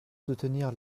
soutenir